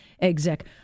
exec